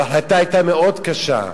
וההחלטה היתה מאוד קשה,